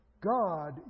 God